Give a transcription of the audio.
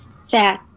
Sad